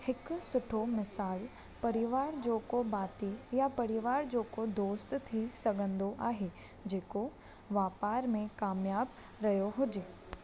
हिकु सुठो मिसालु परिवार जो को भाती या परिवार जो को दोस्त थी सघंदो आहे जेको वापार में काम्याबु रहियो हुजे